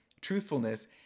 truthfulness